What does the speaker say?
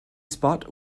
spot